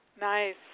Nice